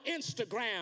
Instagram